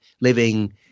living